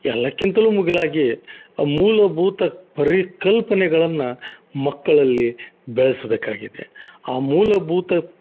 ಎಲ್ಲಕ್ಕಿಂತಲು ಮುಗಿಲಾಗಿ ಆ ಮೂಲಭೂತ ಪರಿಕಲ್ಪನೆಗಳನ್ನು ಮಕ್ಕಳಲ್ಲಿ ಬೆಳ್ಸ್ಬೇಕಾಗಿದೆ ಆ ಮೂಲಭೂತ